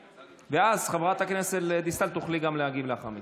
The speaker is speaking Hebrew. ואז, חברת הכנסת דיסטל, תוכלי להגיב לאחר מכן.